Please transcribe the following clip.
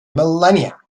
millennia